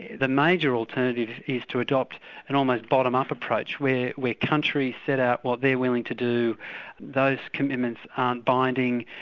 the major alternative is to adopt an almost bottom-up approach where where countries set out what they're willing to do those commitments aren't binding,